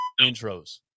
Intros